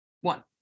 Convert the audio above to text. one